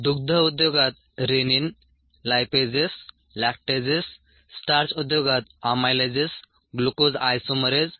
दुग्ध उद्योगात rennin lipases lactases starch उद्योगात अमायलेजेस ग्लूकोज आइसोमरेज